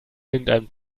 irgendeinem